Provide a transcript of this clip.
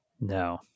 No